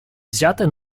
взятое